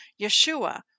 Yeshua